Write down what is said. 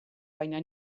baina